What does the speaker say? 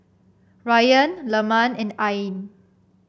Ryan Leman and Ain